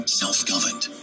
self-governed